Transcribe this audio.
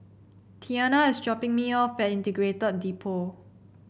Tianna is dropping me off at Integrated Depot